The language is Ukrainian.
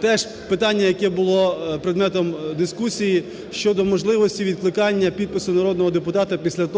теж питання, яке було предметом дискусії щодо можливості відкликання підпису народного депутата після,